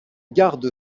gardes